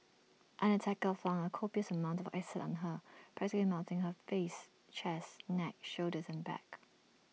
an attacker flung A copious amount of acid on her practically melting her face chest neck shoulders and back